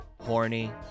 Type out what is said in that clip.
horny